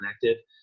connected